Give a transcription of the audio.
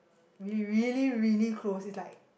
we really really close is like